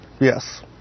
Yes